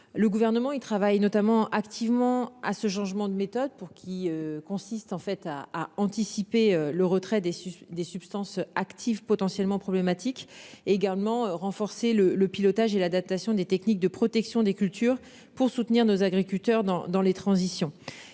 le gouvernement. Il travaille notamment activement à ce changement de méthode pour qui consiste en fait à à anticiper le retrait des des substances actives potentiellement problématiques également renforcer le le pilotage et l'adaptation des techniques de protection des cultures pour soutenir nos agriculteurs dans dans les transitions